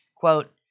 Quote